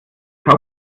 des